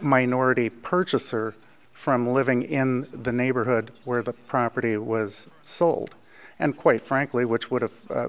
minority purchaser from living in the neighborhood where the property was sold and quite frankly which would have